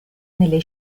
nelle